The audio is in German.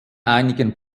einigen